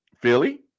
Philly